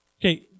Okay